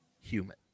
human